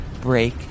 break